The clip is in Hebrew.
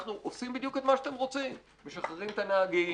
אנחנו עושים בדיוק את מה שאתם רוצים משחררים את הנהגים.